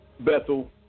Bethel